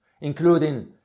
including